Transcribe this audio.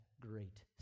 great